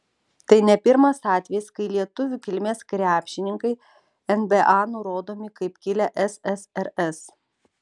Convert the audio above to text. tai ne pirmas atvejis kai lietuvių kilmės krepšininkai nba nurodomi kaip kilę ssrs